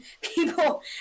people